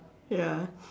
ya